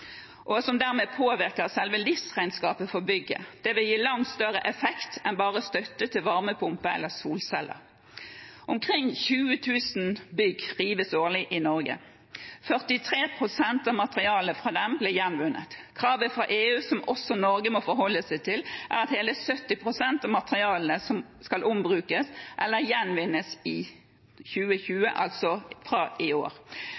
og som dermed påvirker selve livsregnskapet for bygget. Det vil gi langt større effekt enn bare støtte til varmepumpe eller solceller. Omkring 20 000 bygg rives årlig i Norge. 43 pst. av materialene fra disse blir gjenvunnet. Kravet fra EU, som også Norge må forholde seg til, er at hele 70 pst. av materialene skal ombrukes, eller gjenvinnes, fra 2020, altså fra i år.